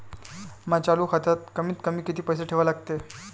माया चालू खात्यात कमीत कमी किती पैसे ठेवा लागते?